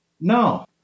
No